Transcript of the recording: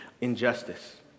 injustice